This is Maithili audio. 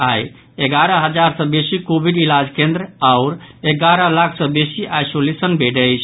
आइ एगारह हजार सँ बेसी कोविड इलाज केंद्र आओर एगारह लाख सँ बेसी आइसोलेशन बेड अछि